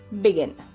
begin